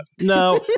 no